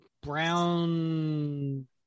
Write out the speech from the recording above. brown